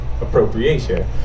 appropriation